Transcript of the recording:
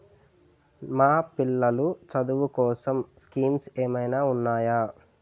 మా పిల్లలు చదువు కోసం స్కీమ్స్ ఏమైనా ఉన్నాయా?